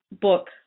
book